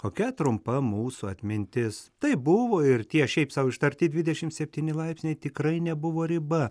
kokia trumpa mūsų atmintis taip buvo ir tie šiaip sau ištarti dvidešim septyni laipsniai tikrai nebuvo riba